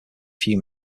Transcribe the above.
few